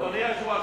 אדוני היושב-ראש,